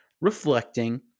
reflecting